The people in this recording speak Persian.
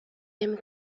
نمی